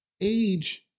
Age